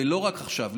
ולא רק עכשיו,